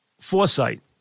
foresight